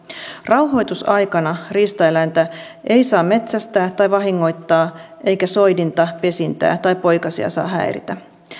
rauhoitusaikana riistaeläintä ei saa metsästää tai vahingoittaa eikä soidinta pesintää tai poikasia saa häiritä